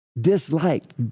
disliked